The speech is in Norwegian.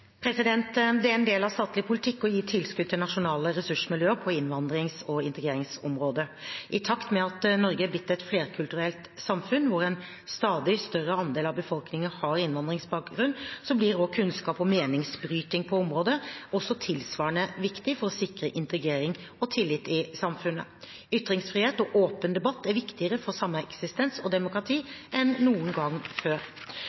Det er en del av statlig politikk å gi tilskudd til nasjonale ressursmiljøer på innvandrings- og integreringsområdet. I takt med at Norge er blitt et flerkulturelt samfunn, hvor en stadig større andel av befolkningen har innvandringsbakgrunn, blir kunnskap og meningsbryting på området også tilsvarende viktig for å sikre integrering og tillit i samfunnet. Ytringsfrihet og åpen debatt er viktigere for sameksistens og demokrati enn noen gang før.